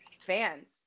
fans